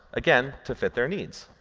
again, to fit their needs.